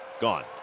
gone